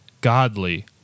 godly